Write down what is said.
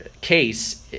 case